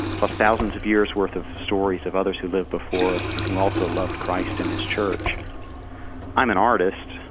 plus thousands of years' worth of stories of others who lived before us and who also loved christ and his church i'm an artist,